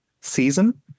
season